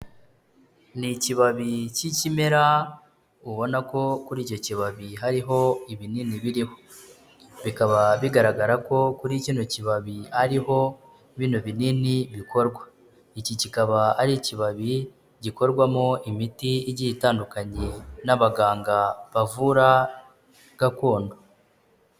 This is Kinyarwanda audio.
Ni ikibabi cy'ikimera, ubona ko kuri icyo kibabi hariho ibinini biriho, bikaba bigaragara ko kuri kino kibabi ariho bino binini bikorwa, iki kikaba ari ikibabi gikorwamo imiti igiye itandukanye n'abaganga bavura gakondo.